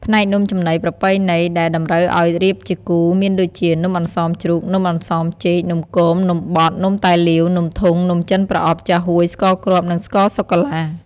ផ្នែកនំចំណីប្រពៃណី ដែលតម្រូវអោយរៀបជាគូ មានដូចជា នំអន្សមជ្រូក នំអន្សមចេក នំគម នំបត់ នំតែលាវ នំធុង នំចិនប្រអប់ ចាហួយ ស្ករគ្រាប់ និងស្ករសុកាឡា។